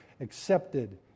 accepted